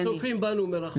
הם צופים בנו מרחוק.